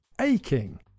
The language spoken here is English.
Aching